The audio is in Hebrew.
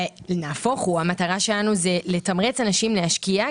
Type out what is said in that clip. נהפוך הוא המטרה שלנו זה לתמרץ אנשים להשקיע,